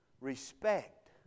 respect